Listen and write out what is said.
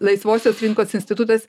laisvosios rinkos institutas